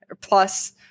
Plus